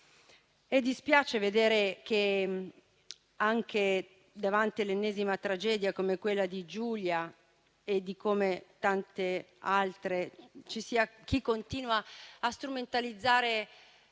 Dispiace vedere che anche davanti all'ennesima tragedia, come quella di Giulia e di tante altre, ci sia chi continua a strumentalizzare